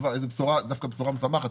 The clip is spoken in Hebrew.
זו דווקא בשורה משמחת,